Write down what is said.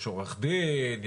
יש עורך דין,